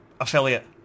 affiliate